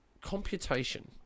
computation